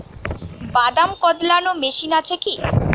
বাদাম কদলানো মেশিন আছেকি?